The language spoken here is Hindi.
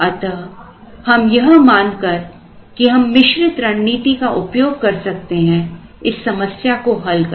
अतः हम यह मानकर कि हम मिश्रित रणनीति का उपयोग कर सकते हैं इस समस्या को हल करें